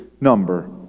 number